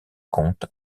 comte